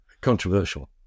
controversial